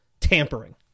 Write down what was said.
tampering